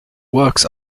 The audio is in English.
works